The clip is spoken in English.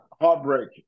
Heartbreak